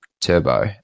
Turbo